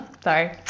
Sorry